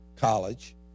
College